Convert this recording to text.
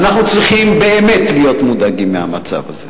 אנחנו צריכים באמת להיות מודאגים מהמצב הזה.